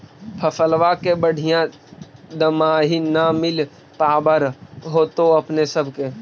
फसलबा के बढ़िया दमाहि न मिल पाबर होतो अपने सब के?